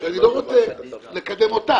אני לא רוצה לקדם אותה,